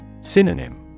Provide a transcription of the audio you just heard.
Synonym